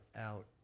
out